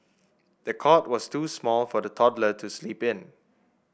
the cot was too small for the toddler to sleep in